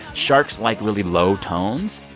sharks like really low tones.